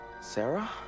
Sarah